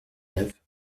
neuf